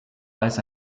weiß